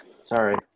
Sorry